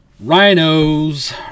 rhinos